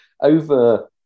over